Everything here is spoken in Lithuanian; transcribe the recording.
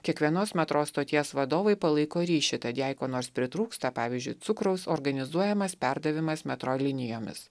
kiekvienos metro stoties vadovai palaiko ryšį tad jei ko nors pritrūksta pavyzdžiui cukraus organizuojamas perdavimas metro linijomis